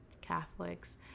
Catholics